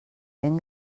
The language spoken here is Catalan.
ben